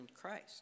Christ